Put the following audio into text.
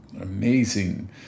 amazing